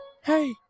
Hey